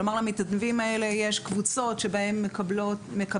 כלומר למתנדבים האלה יש קבוצות שבהן מגיעים